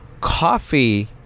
Coffee